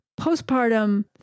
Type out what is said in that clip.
postpartum